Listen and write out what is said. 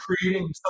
creating